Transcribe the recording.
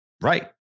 Right